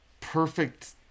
perfect